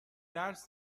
درس